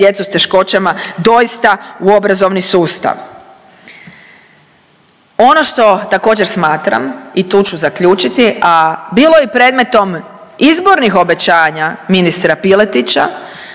djecu s teškoćama doista u obrazovni sustav. Ono što također smatram i tu ću zaključiti, a bilo je predmetom izbornih obećanja ministra Piletića